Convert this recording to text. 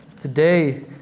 today